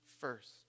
first